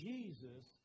Jesus